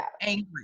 angry